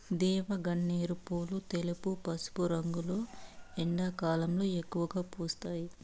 దేవగన్నేరు పూలు తెలుపు, పసుపు రంగులో ఎండాకాలంలో ఎక్కువగా పూస్తాయి